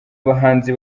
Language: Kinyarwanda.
abahanzi